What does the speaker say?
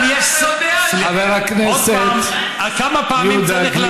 חבר הכנסת יהודה גליק, עוד פעם.